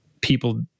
people